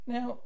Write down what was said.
Now